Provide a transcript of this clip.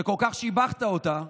שכל כך שיבחת אותה,